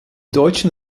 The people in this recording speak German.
deutschen